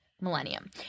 millennium